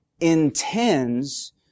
intends